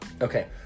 Okay